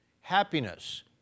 happiness